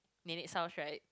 Nenek house right